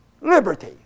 liberty